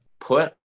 put